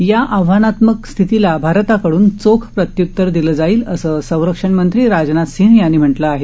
या आव्हानात्मक स्थितीला भारताकड़न चोख प्रतृतर दिलं जाईल असं संरक्षण मंत्री राजनाथ सिंह यांनी म्हटलं आहे